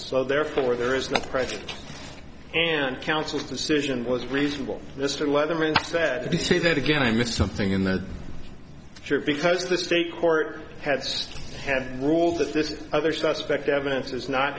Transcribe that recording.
so therefore there is no pressure and council's decision was reasonable mr leatherman sad to say that again i missed something in the trip because the state court has have ruled that this other suspect evidence is not